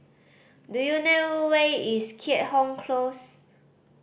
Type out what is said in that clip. do you know where is Keat Hong Close